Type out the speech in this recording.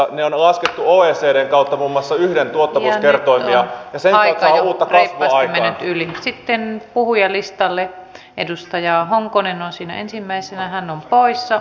ne on laskettu oecdn kautta muun muassa yhden tuottavuuskertoimia ja sen aiheuttaneen veroinen tyyli sitten puhujalistalle edustajaa honkonen kautta saadaan uutta kasvua aikaan